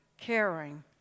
caring